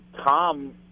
Tom